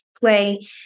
play